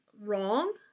wrong